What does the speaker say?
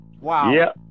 Wow